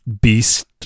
beast